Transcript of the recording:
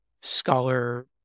scholar